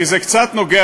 כי זה קצת נוגע,